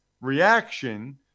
reaction